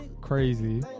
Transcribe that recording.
Crazy